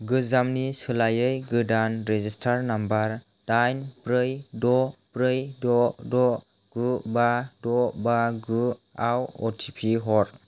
गोजामनि सोलायै गोदान रेजिस्टार्ड नाम्बार दाइन ब्रै द' ब्रै द' द' गु बा द' बा गु आव अटिपि हर